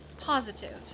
Positive